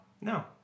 No